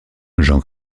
jean